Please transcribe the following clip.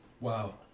Wow